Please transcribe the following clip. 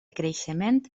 creixement